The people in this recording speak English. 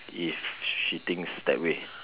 if she thinks that way